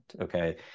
okay